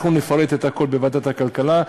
אנחנו נפרט את הכול בוועדת הכלכלה.